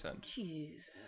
Jesus